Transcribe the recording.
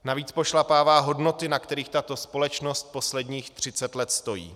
Navíc pošlapává hodnoty, na kterých tato společnost posledních třicet let stojí.